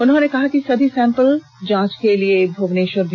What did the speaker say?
उन्होंने कहा कि सभी सैंपल जांच के लिए भुवनेश्वर जाएगा